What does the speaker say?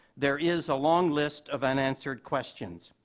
there is a long list of unanswered questions.